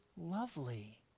lovely